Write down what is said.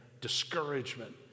discouragement